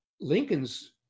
Lincoln's